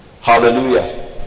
Hallelujah